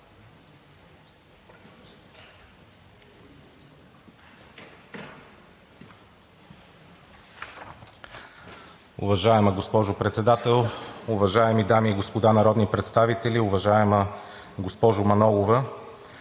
Уважаема госпожо Председател, уважаеми дами и господа народни представители, уважаема госпожо Манолова!